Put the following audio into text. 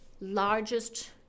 largest